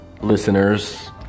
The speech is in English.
listeners